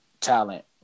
talent